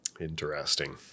Interesting